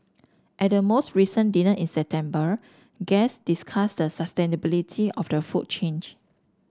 at the most recent dinner in September guests discussed the sustainability of the food change